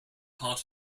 part